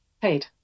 paid